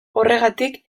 horregatik